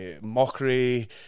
Mockery